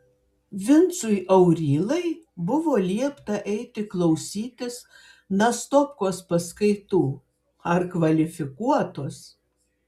vincui aurylai buvo liepta eiti klausytis nastopkos paskaitų ar kvalifikuotos